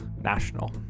national